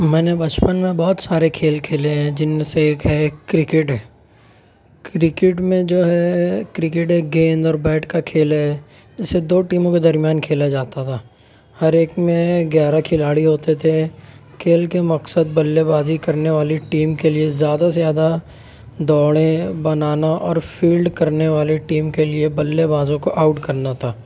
میں نے بچپن میں بہت سارے کھیل کھیلے ہیں جن میں سے ایک ہے کرکٹ کرکٹ میں جو ہے کرکڈ ایک گیند اور بیٹ کا کھیل ہے اسے دو ٹیموں کے درمیان کھیلا جاتا تھا ہرایک میں گیارہ کھلاڑی ہوتے تھے کھیل کے مقصد بلےبازی کرنے والی ٹیم کے لیے زیادہ سے زیادہ دوڑے بنانا اور فیلڈ کرنے والی ٹیم کے لیے بلےبازوں کو آؤٹ کرنا تھا